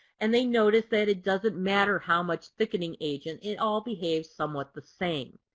and they notice that it doesn't matter how much thickening agent. it all behaves somewhat the same.